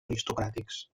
aristocràtics